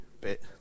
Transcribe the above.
bit